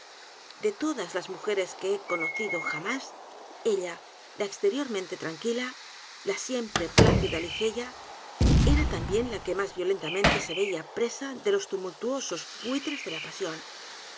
de todas las mujeres que he conocido j a m á s ella la exteriormente tranquila la siempre plácida ligeia era también la que más violentamente se veía presa de los tumultuosos buitres de la pasión